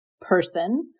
person